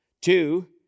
Two